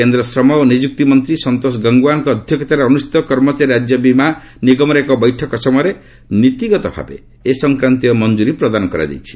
କେନ୍ଦ୍ର ଶ୍ରମ ଓ ନିଯୁକ୍ତି ମନ୍ତ୍ରୀ ସନ୍ତୋଷ ଗଙ୍ଗୱରଙ୍କ ଅଧ୍ୟକ୍ଷତାରେ ଅନୁଷ୍ଠିତ କର୍ମଚାରୀ ରାଜ୍ୟ ବିମା ନିଗମର ଏକ ବୈଠକ ସମୟରେ ନୀତିଗତ ଭାବେ ଏ ସଂକ୍ରାନ୍ତୀୟ ମଞ୍ଜୁରୀ ପ୍ରଦାନ କରାଯାଇଛି